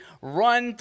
run